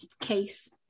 case